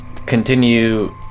continue